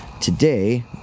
Today